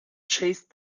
chased